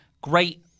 great